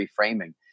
reframing